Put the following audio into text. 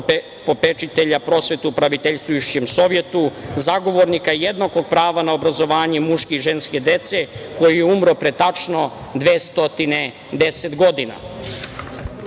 Popečitelja prosvete u Praviteljstvujuščem sovjetu, zagovornika jednakog prava na obrazovanje muške i ženske dece, koji je umro pre tačno 210 godina.I